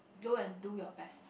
go and do your best